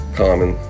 common